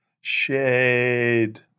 Shade